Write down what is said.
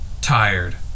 tired